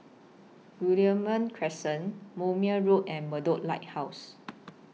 Guillemard Crescent Moulmein Road and Bedok Lighthouse